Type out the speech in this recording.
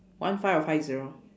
one five or five zero